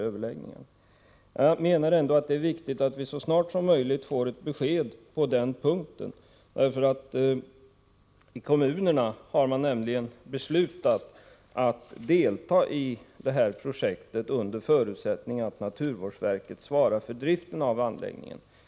Men jag menar ändå att det är viktigt att så snart som möjligt få ett besked på den här punkten. I kommunerna har man nämligen beslutat att delta i projektet under förutsättning att naturvårdsverket svarar för driften av anläggningen.